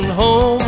home